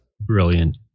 brilliant